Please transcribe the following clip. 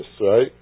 right